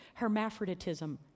Hermaphroditism